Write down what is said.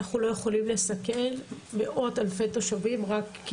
אנחנו לא יכולים לסכן מאות אלפי תושבים רק כי